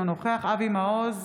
אינו נוכח אבי מעוז,